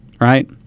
right